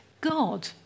God